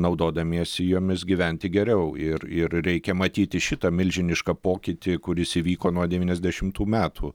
naudodamiesi jomis gyventi geriau ir ir reikia matyti šitą milžinišką pokytį kuris įvyko nuo devyniasdešimtų metų